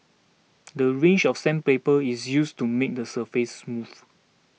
the range of sandpaper is used to make the surface smooth